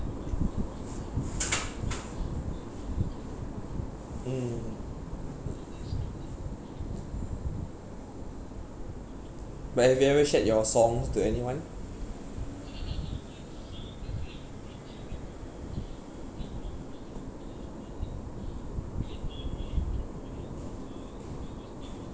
mm but have you ever shared your songs to anyone